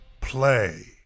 play